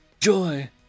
Joy